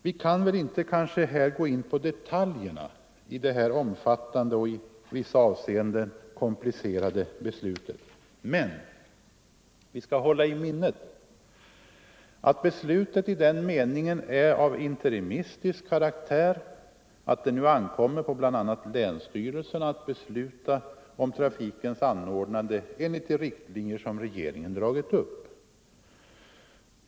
Vi kan kanske inte här gå in på detaljerna i detta omfattande och i vissa avseenden komplicerade beslut, men vi bör hålla i minnet att beslutet är av interimistisk karaktär i den meningen, att det nu ankommer på bl.a. länsstyrelserna att besluta om trafikens anordnande efter de riktlinjer som regeringen dragit upp.